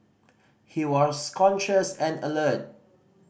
he was conscious and alert